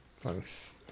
thanks